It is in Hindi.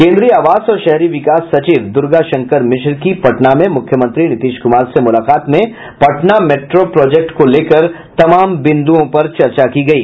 केंद्रीय आवास और शहरी विकास सचिव दुर्गा शंकर मिश्र की पटना में मुख्यमंत्री नीतीश कुमार से मुलाकात में पटना मेट्रो प्रोजेक्ट को लेकर तमाम बिंदुओं पर चर्चा की गयी